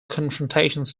confrontations